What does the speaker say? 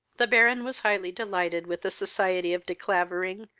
the baron was highly delighted with the society of de clavering,